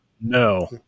No